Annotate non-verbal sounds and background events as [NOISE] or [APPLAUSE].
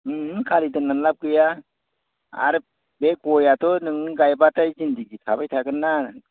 खालि दोनना लाब गैया आरो बे गयआथ' नों गायब्लाथाय [UNINTELLIGIBLE] हिसाबै थागोन ना